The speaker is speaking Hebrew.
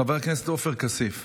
חבר הכנסת עופר כסיף.